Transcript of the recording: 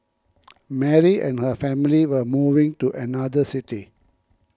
Mary and her family were moving to another city